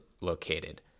located